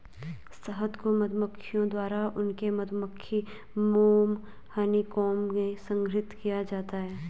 शहद को मधुमक्खियों द्वारा उनके मधुमक्खी मोम हनीकॉम्ब में संग्रहीत किया जाता है